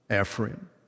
Ephraim